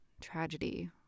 tragedy